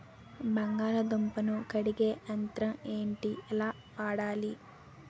బంగాళదుంప ను కడిగే యంత్రం ఏంటి? ఎలా వాడాలి?